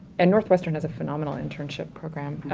and northwestern has a phenomenal internship program,